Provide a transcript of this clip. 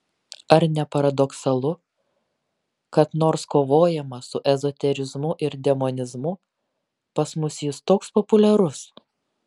ar ne paradoksalu kad nors kovojama su ezoterizmu ir demonizmu pas mus jis toks populiarus